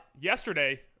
yesterday